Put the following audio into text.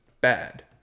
Bad